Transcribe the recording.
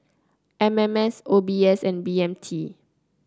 M M S O B S and B M T